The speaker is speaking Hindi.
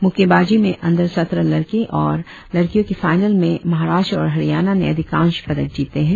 मुक्केबाजी में अंडर सत्रह लड़के और लड़कियों के फाइनल में महाराष्ट्र और हरियाणा ने अधिकांश पदक जीते हैं